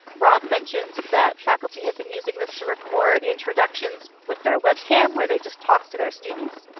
rob mentioned that faculty have been using this to record introductions with their webcam where they just talk to their students,